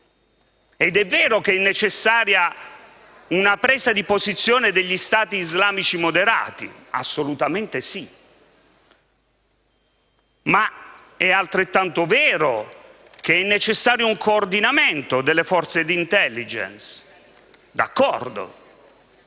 È vero che è necessaria una presa di posizione degli Stati islamici moderati; assolutamente sì, ma è altrettanto vero che è necessario un coordinamento delle forze di *intelligence*. D'accordo,